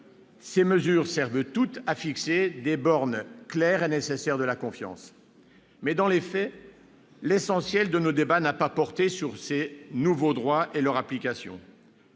Ces mesures servent toutes à fixer les bornes claires et nécessaires de la confiance. Mais, dans les faits, l'essentiel de nos débats n'a pas porté sur ces nouveaux droits et sur leur application.